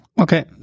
Okay